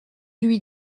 lui